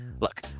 Look